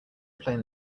playing